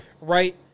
Right